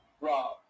Rob